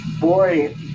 boy